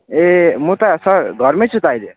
ए म त सर घरमै छु त अहिले